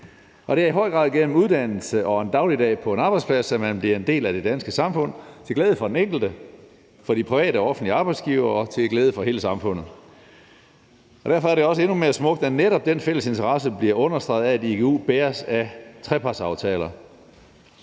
Det er i høj grad igennem uddannelse og en dagligdag på en arbejdsplads, at man bliver en del af det danske samfund, til glæde for den enkelte, for de private og offentlige arbejdsgivere og for hele samfundet. Derfor er det også endnu mere smukt, at netop den fælles interesse bliver understreget af, at igu bæres af trepartsaftaler.